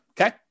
okay